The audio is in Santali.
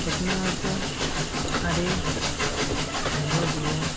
ᱴᱮᱠᱱᱳᱞᱳᱡᱤ ᱫᱚ ᱟᱹᱰᱤ ᱢᱚᱡᱽ ᱜᱮᱭᱟ